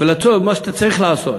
ולמה שאתה צריך לעשות.